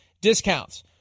discounts